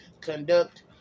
conduct